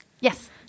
yes